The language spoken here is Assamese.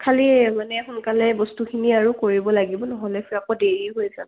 খালি মানে সোনকালে বস্তুখিনি আৰু কৰিব লাগিব নহ'লে পিছত আকৌ দেৰি হৈ যাব